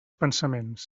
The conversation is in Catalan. pensaments